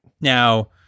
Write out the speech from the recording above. Now